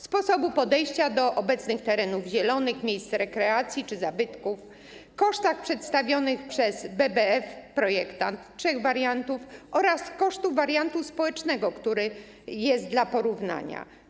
sposobie podejścia do obecnych terenów zielonych, miejsc rekreacji czy zabytków, kosztach przedstawionych przez BBF - projektant - trzech wariantów oraz kosztach wariantu społecznego, który jest dla porównania.